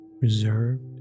reserved